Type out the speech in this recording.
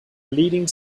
leading